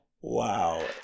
Wow